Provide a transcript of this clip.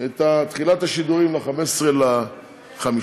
את תחילת השידורים ל-15 במאי,